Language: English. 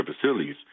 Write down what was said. facilities